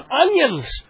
onions